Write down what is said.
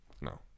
No